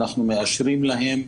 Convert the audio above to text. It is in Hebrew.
אנחנו מאשרים להם,